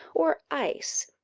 or ice,